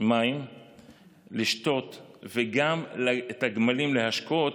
מים לשתות וגם להשקות